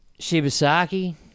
Shibasaki